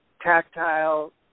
tactile